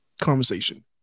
conversation